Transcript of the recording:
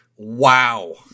wow